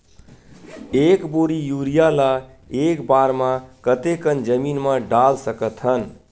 एक बोरी यूरिया ल एक बार म कते कन जमीन म डाल सकत हन?